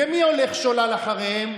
ומי הולך שולל אחריהם?